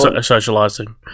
socializing